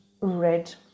red